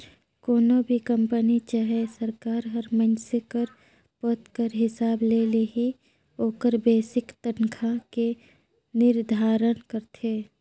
कोनो भी कंपनी चहे सरकार हर मइनसे कर पद कर हिसाब ले ही ओकर बेसिक तनखा के निरधारन करथे